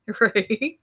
Right